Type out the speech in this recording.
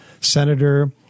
senator